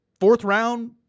fourth-round